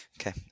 okay